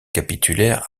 capitulaire